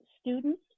students